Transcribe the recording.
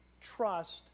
trust